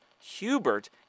Hubert